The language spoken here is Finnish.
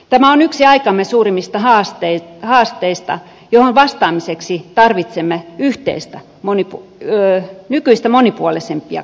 tämä on yksi aikamme suurimmista haasteista johon vastaamiseksi tarvitsemme nykyistä monipuolisempia keinoja